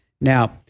Now